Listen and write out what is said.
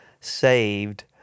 saved